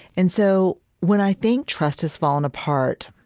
and so when i think trust has fallen apart